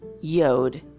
Yod